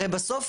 הרי בסוף,